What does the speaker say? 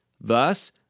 Thus